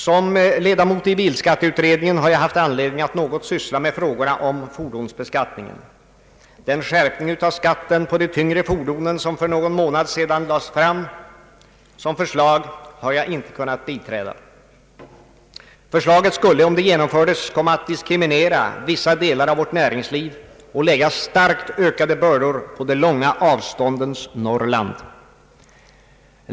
Som ledamot i bilskatteutredningen har jag haft anledning att något syssla med frågor om fordonsbeskattningen. Den skärpning av skatten på de tyngre fordonen som för någon månad sedan föreslogs har jag inte kunnat biträda. Förslaget skulle, om det genomfördes, komma att diskriminera delar av vårt näringsliv och lägga starkt ökade bördor på de långa avståndens Norrland.